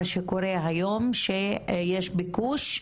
מה שקורה היום הוא שיש ביקוש,